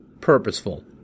purposeful